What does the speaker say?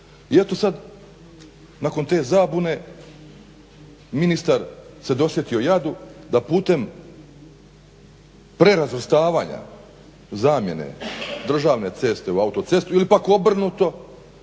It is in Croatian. I eto sad nakon te zabune ministar se dosjetio jadu da putem prerazvrstavanja zamjene državne ceste u autocestu ili pak obrnuto